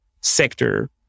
sector